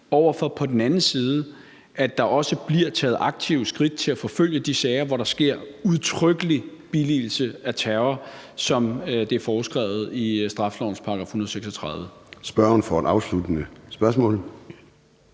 der på den anden side også bliver taget aktive skridt til at forfølge de sager, hvor der sker udtrykkelig billigelse af terror, sådan som det er foreskrevet i straffelovens § 136.